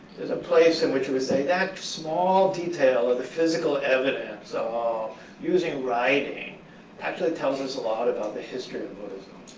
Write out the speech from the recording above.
there's a place in which you would say, that small detail of the physical evidence of ah using writing actually tells us a lot about the history of buddhism.